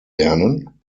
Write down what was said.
lernen